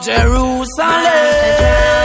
Jerusalem